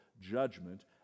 judgment